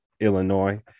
illinois